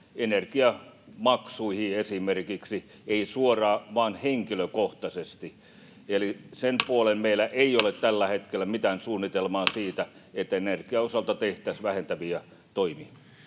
energiamaksuihin — ei suoraan, vaan henkilökohtaisesti. Eli sen puoleen meillä ei ole tällä hetkellä mitään suunnitelmaa siitä, että energian osalta tehtäisiin vähentäviä toimia.